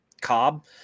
Cobb